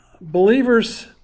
Believers